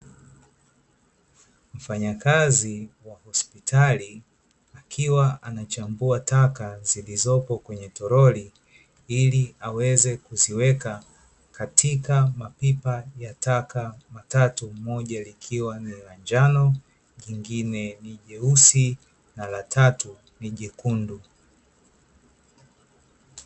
Mfanyakazi wa hospitali akiwa anachambua taka zilizopo kwenye toroli, ili aweze kuziweka katika mapipa ya taka matatu, moja likiwa ni la njano, lingine ni jeusi na la tatu ni jekundu.